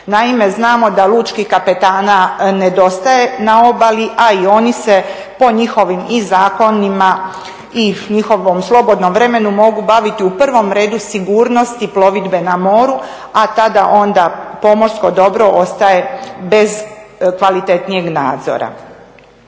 Naime, znamo da lučkih kapetana nedostaje na obali, a i oni se po njihovim i zakonima i njihovom slobodnom vremenu mogu baviti u prvom redu sigurnosti plovidbe na moru, a tada onda pomorsko dobro ostaje bez kvalitetnijeg nadzora.